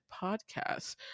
podcasts